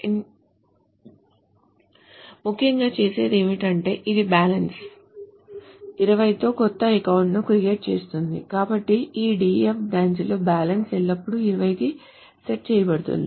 INSERT INTO account SELECT lno bname 20 FROM loan WHERE bname "DEF" ముఖ్యంగా చేసేది ఏమిటంటే ఇది బ్యాలెన్స్ 20 తో కొత్త అకౌంట్ ను క్రియేట్ చేస్తుంది కాబట్టి ఈ DEF బ్రాంచ్ లో బ్యాలెన్స్ ఎల్లప్పుడూ 20 కి సెట్ చేయబడుతుంది